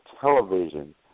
television